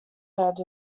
herbs